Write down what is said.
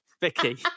Vicky